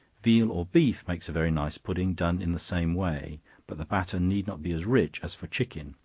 veal or beef makes a very nice pudding, done in the same way but the batter need not be as rich as for chicken,